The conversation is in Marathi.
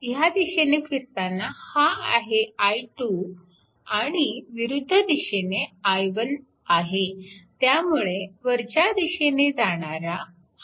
ह्या दिशेने फिरताना हा आहे i2 आणि विरुद्ध दिशेने i1 आहे त्यामुळे वरच्या दिशेने जाणारा हा आहे